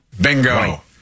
Bingo